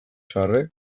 zaharrek